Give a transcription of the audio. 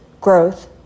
growth